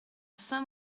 saint